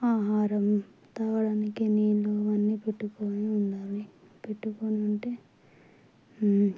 ఆహారం తాగడానికి నీళ్ళు అవన్నీ పెట్టుకుని ఉండాలి పెట్టుకుని ఉంటే